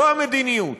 זו המדיניות.